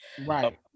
Right